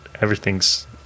Everything's